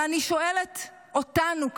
ואני שואלת אותנו כאן,